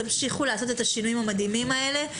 תמשיכו לעשות את השינויים המדהימים האלה.